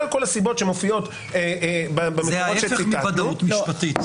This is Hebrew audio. כל הסיבות שמופיעות במקורות שציטטנו -- זה ההפך מוודאות משפטית.